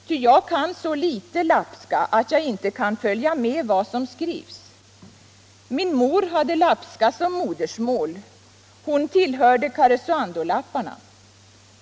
”Ty jag kan så litet lapska att jag inte kan följa med vad som skrivs. Min mor hade lapska som modersmål. Hon tillhörde Karesuandolapparna.